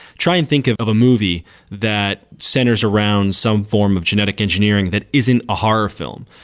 try and think of of a movie that centers around some form of genetic engineering that isn't a horror film?